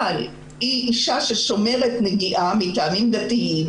אבל היא אישה ששומרת נגיעה מטעמים דתיים,